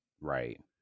Right